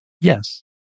Yes